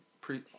pre